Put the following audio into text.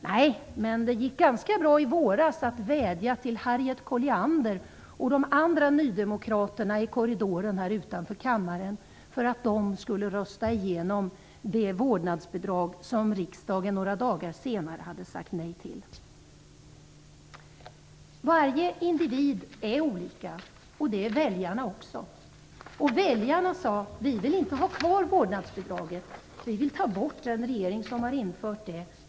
Nej, men i våras gick det ganska bra att vädja till Harriet Colliander och de andra nydemokraterna i korridoren här utanför kammaren för att de skulle rösta igenom det vårdnadsbidrag som det några dagar tidigare inte hade funnits en majoritet för i riksdagen. Alla individer är olika, och det är väljarna också. Väljarna sade: Vi vill inte ha kvar vårdnadsbidraget. Vi vill ta bort den regering som har infört det.